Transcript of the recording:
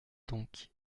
donc